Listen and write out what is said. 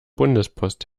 bundespost